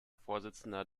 vorsitzender